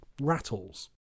rattles